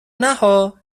نهها